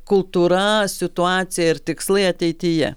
kultūra situacija ir tikslai ateityje